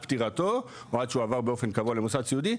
פטירתו או עד שהוא עבר באופן קבוע למוסד סיעודי,